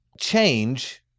change